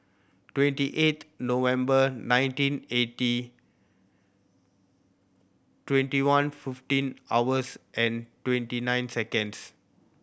twenty eight November nineteen eighty twenty one fifteen hours and twenty nine seconds